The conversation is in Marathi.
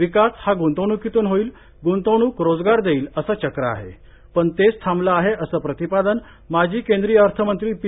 विकास हा ग्रंतवण्कीतून होईल ग्रंतवणूक रोजगार देईल असे चक्र आहे पण तेच थांबले आहे असं प्रतिपादन माजी केंद्रीय अर्थमंत्री पी